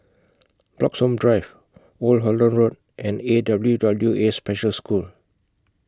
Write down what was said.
Bloxhome Drive Old Holland Road and A W W A Special School